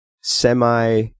semi